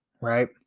Right